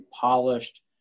polished